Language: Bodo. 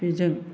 बेजों